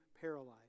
paralyzed